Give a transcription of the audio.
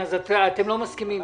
אז אתם לא מסכימים?